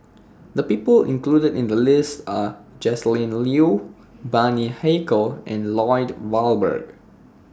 The People included in The list Are Joscelin Leo Bani Haykal and Lloyd Valberg